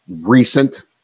recent